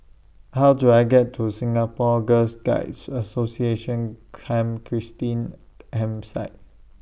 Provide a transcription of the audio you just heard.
How Do I get to Singapore Girls Guides Association Camp Christine Campsite